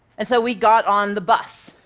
and so we got on the bus.